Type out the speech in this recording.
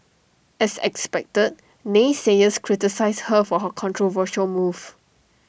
as expected naysayers criticised her for her controversial move